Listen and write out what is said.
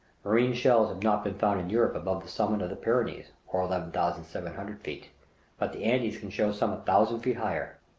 marine shells have not been found in europe above the summit of the pyrenees, or eleven thousand seven hundred feet but the andes can show some a thousand feet higher.